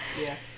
Yes